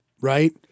right